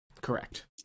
Correct